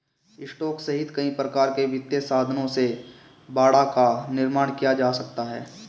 stock सहित कई प्रकार के वित्तीय साधनों से बाड़ा का निर्माण किया जा सकता है